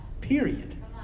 Period